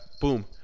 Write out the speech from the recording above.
boom